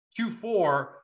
Q4